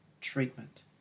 treatment